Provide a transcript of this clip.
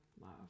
love